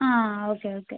ആ okay okay